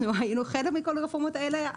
אנחנו היינו חלק מכל הרפורמות האלה.